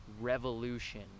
revolution